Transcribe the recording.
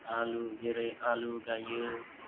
आलु जेरै आलु गायो